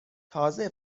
تازه